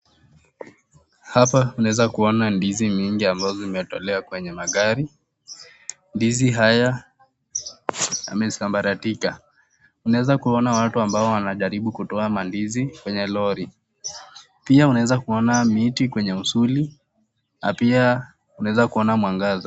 Hapa tunaweza kuona ndizi mingi ambazo zimetolewa kwenye magari, ndizi haya yamesambaratika, unaweza kuona watu ambao wanajaribu kutoa mandizi kwenye lori, pia uanweza kuona mitikwenye usuli na pia unaweza kuona mwangaza.